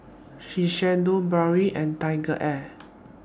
Shiseido Bargo and TigerAir